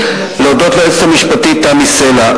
להודות ליועצת המשפטית תמי סלע.